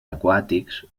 aquàtics